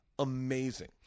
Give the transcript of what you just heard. Amazing